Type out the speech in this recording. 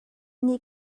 nih